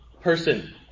person